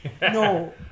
No